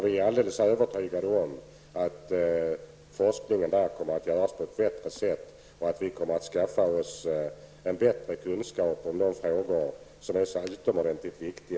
Vi är alldeles övertygade om att forskningen kommer att ske på ett bättre sätt där och att man då kan skaffa sig bättre kunskap om de frågor som är så utomordentligt viktiga.